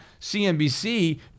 CNBC